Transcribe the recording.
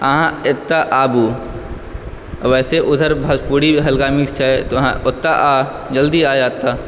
अहाँ एतय आबू आ वैसे ऊधर भोजपुरी हल्का मिक्स छै तऽ वहाँ ओतय जल्दी आ अतय